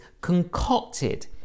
concocted